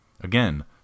Again